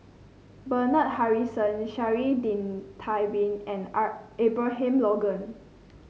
Bernard Harrison Sha'ari din Tabin and Abraham Logan